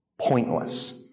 pointless